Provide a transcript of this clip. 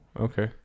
Okay